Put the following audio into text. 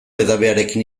edabearekin